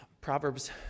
Proverbs